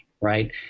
right